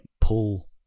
pull